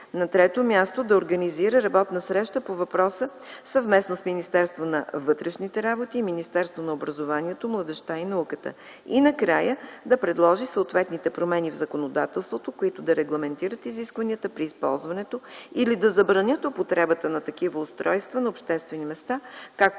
на трето място, да организира работна среща по въпроса съвместно с Министерството на вътрешните работи, Министерството на образованието, младежта и науката; и накрая, да предложи съответните промени в законодателството, които да регламентират изискванията при използването или да забранят употребата на такива устройства на обществени места,